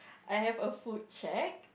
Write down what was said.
I have a food shack